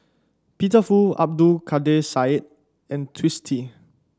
Peter Fu Abdul Kadir Syed and Twisstii